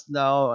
now